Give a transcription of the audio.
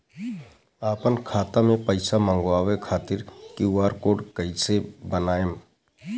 आपन खाता मे पईसा मँगवावे खातिर क्यू.आर कोड कईसे बनाएम?